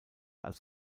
als